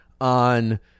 on